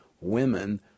women